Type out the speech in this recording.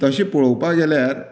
तशेंच पळोवपा गेल्यार